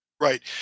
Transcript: right